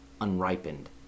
unripened